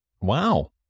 Wow